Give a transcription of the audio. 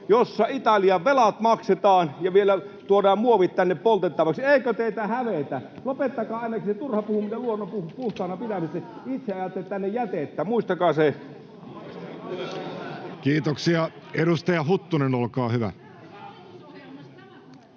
jossa Italian velat maksetaan, ja vielä tuodaan muovit tänne poltettavaksi. Eikö teitä hävetä? Lopettakaa ainakin se, kun turhaan puhutte luonnon puhtaana pitämisestä. Itse ajatte tänne jätettä. Muistakaa se. [Speech 61] Speaker: Jussi Halla-aho